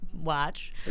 watch